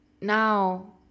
now